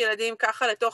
בתוך